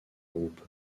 groupe